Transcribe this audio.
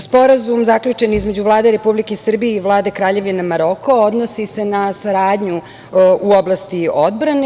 Sporazum zaključen između Vlade Republike Srbije i Vlade Kraljevine Maroko odnosi se na saradnju u oblasti odbrane.